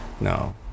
no